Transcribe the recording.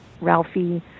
Ralphie